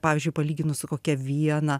pavyzdžiui palyginus su kokia viena